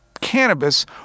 cannabis